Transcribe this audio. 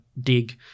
dig